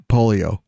Polio